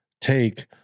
take